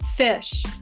Fish